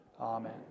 Amen